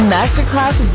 Masterclass